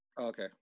okay